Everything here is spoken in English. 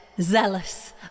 Zealous